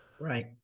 Right